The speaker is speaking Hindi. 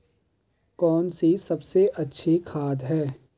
कौन सी सबसे अच्छी खाद है?